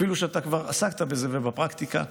אפילו שאתה כבר עסקת בזה, בפרקטיקה.